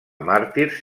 màrtirs